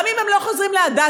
גם אם הם לא חוזרים להדסה,